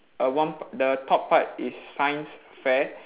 a one p~ the top part is science fair